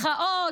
מחאות.